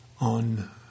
on